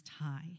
High